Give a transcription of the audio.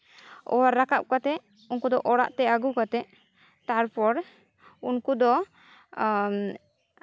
ᱚᱣᱟᱨ ᱨᱟᱠᱟᱵ ᱠᱟᱛᱮᱫ ᱩᱱᱠᱩ ᱫᱚ ᱚᱲᱟᱜ ᱛᱮ ᱟᱹᱜᱩ ᱠᱟᱛᱮᱫ ᱛᱟᱨᱯᱚᱨ ᱩᱱᱠᱩ ᱫᱚ